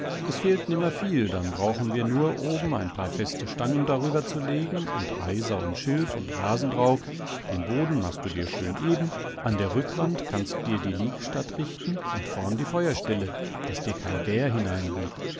es fehlt nimmer viel dann brauchen wir nur oben ein paar feste stangen darüberzulegen und reiser und schilf und rasen drauf den boden machst dir schön eben an der rückwand kannst dir die liegestatt richten und vorn die feuerstelle daß dir kein bär hineingeht